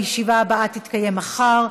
הישיבה הבאה תתקיים מחר,